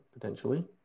potentially